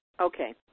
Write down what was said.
Okay